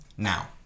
Now